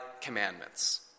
commandments